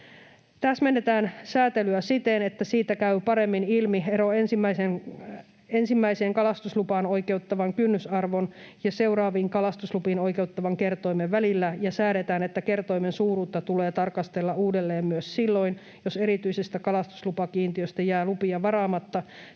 täsmennetään siten, että siitä käy paremmin ilmi ero ensimmäiseen kalastuslupaan oikeuttavan kynnysarvon ja seuraaviin kalastuslupiin oikeuttavan kertoimen välillä, ja säädetään, että kertoimen suuruutta tulee tarkastella uudelleen myös silloin, jos erityisestä kalastuslupakiintiöstä jää lupia varaamatta